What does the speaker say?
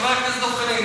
חבר הכנסת דב חנין,